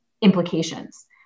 implications